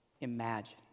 imagine